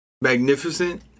magnificent